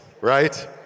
right